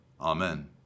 Amen